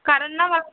कारण ना मला